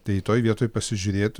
tai toj vietoj pasižiūrėt